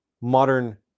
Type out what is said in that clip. modern